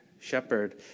shepherd